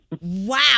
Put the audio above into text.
wow